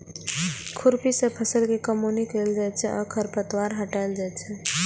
खुरपी सं फसल के कमौनी कैल जाइ छै आ खरपतवार हटाएल जाइ छै